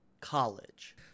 college